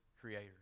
creator